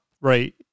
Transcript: right